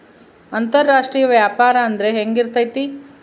ಅಂತರಾಷ್ಟ್ರೇಯ ವ್ಯಾಪಾರ ಅಂದ್ರೆ ಹೆಂಗಿರ್ತೈತಿ?